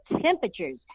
temperatures